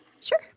Sure